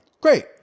great